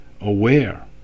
aware